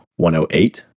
108